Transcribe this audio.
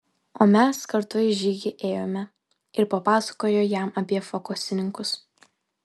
o mes kartu į žygį ėjome ir papasakojo jam apie fokusininkus